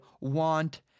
want